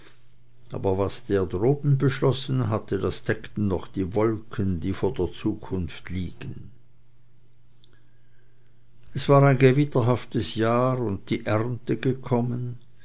aber was der droben beschlossen hatte das deckten noch die wolken die vor der zukunft liegen es war ein gewitterhaftes jahr und die ernte gekommen